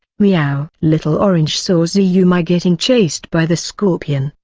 meow! little orange saw zhou yumei getting chased by the scorpion,